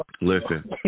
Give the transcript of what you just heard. listen